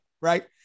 Right